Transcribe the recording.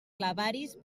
clavaris